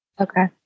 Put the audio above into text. Okay